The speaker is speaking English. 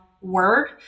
word